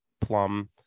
plum